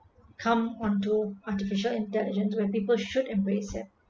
come onto artificial intelligent when people should embrace it